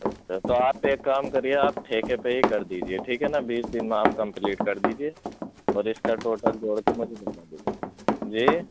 اچھا تو آپ ایک کام کریے آپ ٹھیکے پہ ہی کر دیجیے ٹھیک ہے نا بیس دِن میں آپ کمپلیٹ کر دیجیے اور اِس کا ٹوٹل جوڑ کے وہ مجھے بتا دیجیے جی